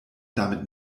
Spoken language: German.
damit